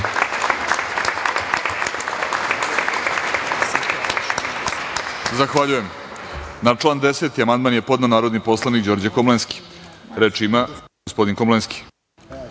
Zahvaljujem. Na član 10. amandman je podneo narodni poslanik Đorđe Komlenski. Reč ima gospodin Komlenski.